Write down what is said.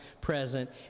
present